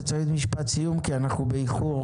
משפט סיום כי אנחנו באיחור,